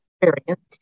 experience